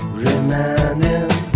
reminding